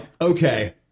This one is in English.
okay